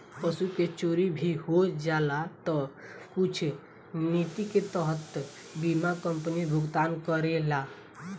पशु के चोरी भी हो जाला तऽ कुछ निति के तहत बीमा कंपनी भुगतान करेला